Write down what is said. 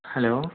hello